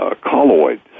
colloid